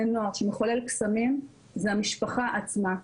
נוער שהוא מחולל קסמים זה המשפחה עצמה.